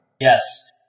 Yes